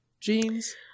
jeans